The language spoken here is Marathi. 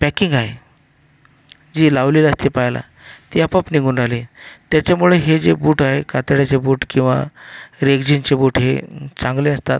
पॅकिंग आहे जे लावलेले असते पायाला ते आपोआप निघून आले त्याच्यामुळे हे जे बूट आहे कातड्याचे बूट किंवा रेग्झिनचे बूट हे चांगले असतात